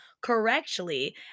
correctly